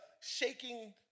shaking